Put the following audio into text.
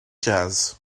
jazz